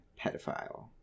pedophile